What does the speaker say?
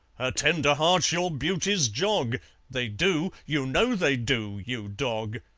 her tender heart your beauties jog they do, you know they do, you dog.